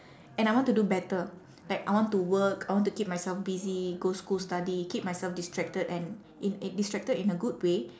and I want to do better like I want to work I want to keep myself busy go school study keep myself distracted and in in distracted in a good way